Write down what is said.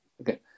okay